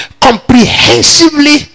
comprehensively